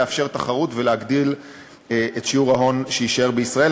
לאפשר תחרות ולהגדיל את שיעור ההון שיישאר בישראל.